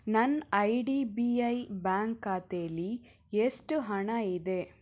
ನನ್ನ I D B I bank ಖಾತೇಲಿ ಎಷ್ಟು ಹಣ ಇದೆ